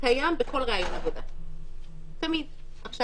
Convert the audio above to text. ובכל זאת זה קיים בכל ריאיון עבודה.